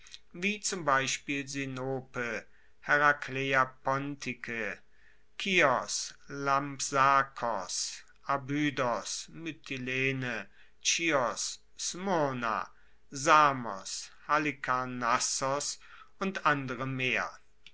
wie zum beispiel sinope herakleia pontike kios lampsakos abydos mytilene chios smyrna samos halikarnassos und andere mehr